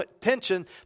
tension